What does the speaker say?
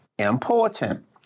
Important